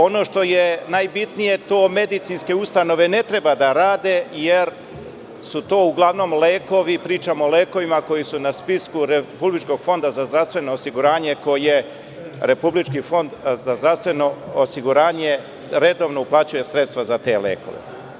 Ono što je najbitnije, to medicinske ustanove ne treba da rade, jer su to uglavnom lekovi, pričam o lekovima koji su na spisku Republičkog fonda za zdravstveno osiguranje, koje Republički fond za zdravstveno osiguranje redovno uplaćuje sredstva za te lekove.